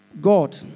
God